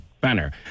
banner